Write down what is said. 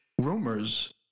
rumors –